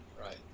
Right